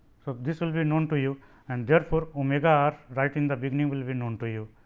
so, this will be known to you and there for omega r right in the beginning will be known to you.